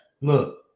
look